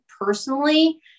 personally